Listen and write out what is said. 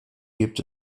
gibt